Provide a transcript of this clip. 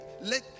let